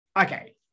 okay